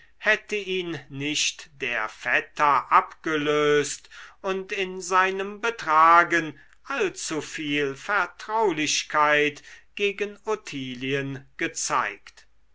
hätte ihn nicht der vetter abgelöst und in seinem betragen allzuviel vertraulichkeit gegen ottilien gezeigt